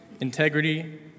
integrity